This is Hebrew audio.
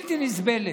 בלתי נסבלת.